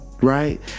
right